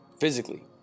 physically